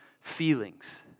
feelings